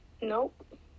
Nope